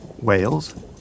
Whales